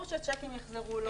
ברור ששיקים יחזרו,